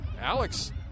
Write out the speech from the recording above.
Alex